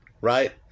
Right